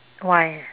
why